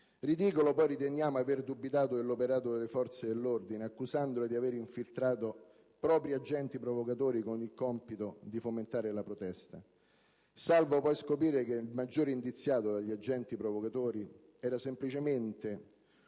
Riteniamo ridicolo aver dubitato dell'operato delle forze dell'ordine, accusandole di aver infiltrato propri provocatori con il compito di fomentare la protesta, salvo poi scoprire che il maggior indiziato nel novero dei presunti agenti provocatori era semplicemente